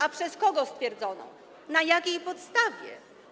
A przez kogo stwierdzoną, na jakiej podstawie?